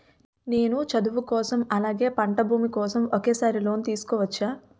నేను చదువు కోసం అలాగే పంట భూమి కోసం ఒకేసారి లోన్ తీసుకోవచ్చా?